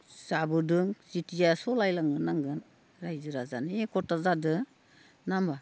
जाबोदों जेेतिया सलायलांनांगोन रायजो राजानि एक'ता जादो नङा होम्बा